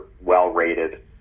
well-rated